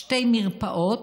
שתי מרפאות,